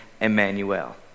Emmanuel